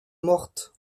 morte